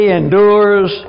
endures